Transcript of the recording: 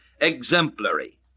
exemplary